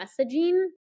messaging